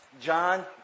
John